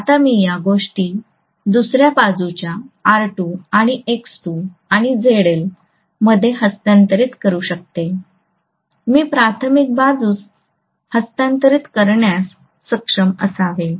आता मी या गोष्टी दुसर्या बाजूच्या R2 आणि X2 आणि ZL मध्ये हस्तांतरित करू शकते मी प्राथमिक बाजूस हस्तांतरित करण्यास सक्षम असावे